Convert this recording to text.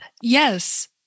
Yes